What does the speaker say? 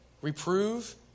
Reprove